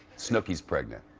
snooki's pregnant.